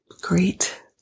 great